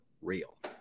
real